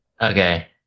Okay